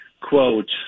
quote